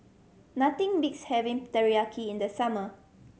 nothing beats having Teriyaki in the summer